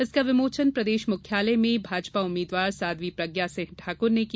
इसका विमोचन प्रदेश मुख्यालय में भाजपा उम्मीदवार साध्वी प्रज्ञा सिंह ठाकर ने किया